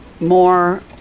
more